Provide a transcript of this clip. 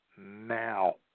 now